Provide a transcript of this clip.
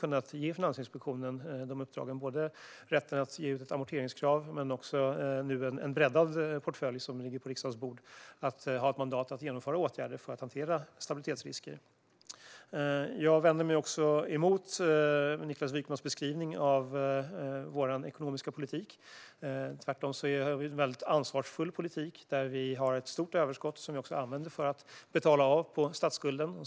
Det handlar om rätten att införa ett amorteringskrav, men också om en breddad portfölj som nu ligger på riksdagens bord gällande mandat att vidta åtgärder för att hantera stabilitetsrisker. Jag vänder mig mot Niklas Wykmans beskrivning av vår ekonomiska politik. Vi har tvärtom en väldigt ansvarsfull politik där vi har ett stort överskott som vi använder för att betala av på statsskulden.